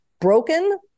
broken